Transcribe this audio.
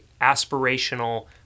aspirational